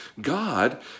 God